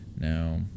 Now